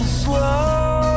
slow